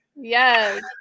yes